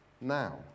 now